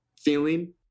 feeling